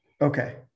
Okay